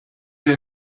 wir